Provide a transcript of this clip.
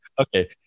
Okay